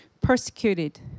persecuted